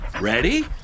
Ready